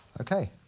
Okay